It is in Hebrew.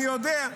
אני יודע.